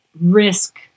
risk